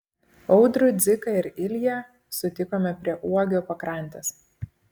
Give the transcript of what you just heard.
audrių dziką ir ilją sutikome prie uogio pakrantės